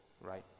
right